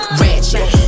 ratchet